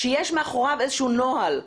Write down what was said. מעצר שיש מאחורי איזשהו נוהל.